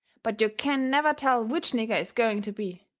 but you can never tell which nigger is going to be.